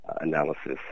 analysis